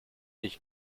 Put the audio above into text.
ich